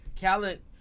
Khaled